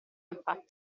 infatti